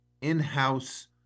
in-house